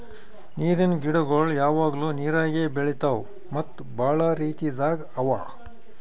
ನೀರಿನ್ ಗಿಡಗೊಳ್ ಯಾವಾಗ್ಲೂ ನೀರಾಗೆ ಬೆಳಿತಾವ್ ಮತ್ತ್ ಭಾಳ ರೀತಿದಾಗ್ ಅವಾ